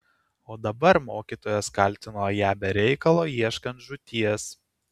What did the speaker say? o dabar mokytojas kaltino ją be reikalo ieškant žūties